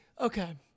okay